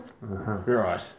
Right